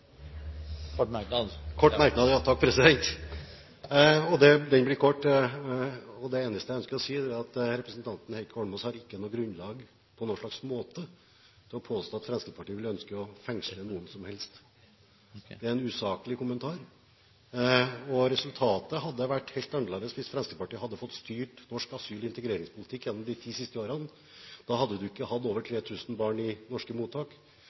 kort merknad, begrenset til 1 minutt. En kort merknad: Det eneste jeg ønsker å si, er at representanten Heikki Holmås ikke på noen måte har grunnlag for å påstå at Fremskrittspartiet vil ønske å fengsle noen som helst. Det er en usaklig kommentar. Resultatet hadde vært helt annerledes hvis Fremskrittspartiet hadde fått styre norsk asyl- og integreringspolitikk gjennom de ti siste årene. Da hadde vi ikke hatt over 3 000 barn i norske mottak,